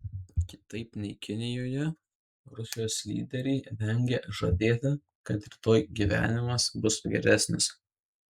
kitaip nei kinijoje rusijos lyderiai vengia žadėti kad rytoj gyvenimas bus geresnis